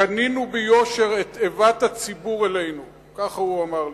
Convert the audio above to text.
קנינו ביושר את איבת הציבור אלינו, כך הוא אמר לי.